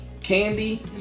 candy